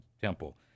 temple